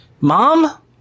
mom